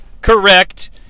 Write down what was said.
correct